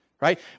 right